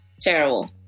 terrible